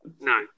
No